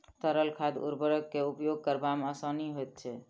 तरल खाद उर्वरक के उपयोग करबा मे आसानी होइत छै